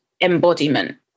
embodiment